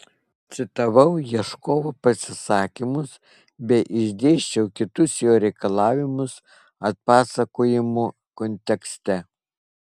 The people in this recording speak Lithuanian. citavau ieškovo pasisakymus bei išdėsčiau kitus jo reikalavimus atpasakojimo kontekste